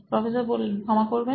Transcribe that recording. professor ক্ষমা করবেন